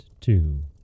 two